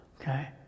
Okay